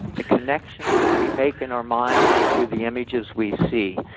the connections we make in our minds are through the images we see.